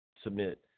submit